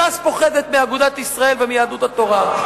ש"ס פוחדת מאגודת ישראל ומיהדות התורה.